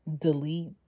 delete